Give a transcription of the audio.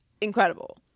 incredible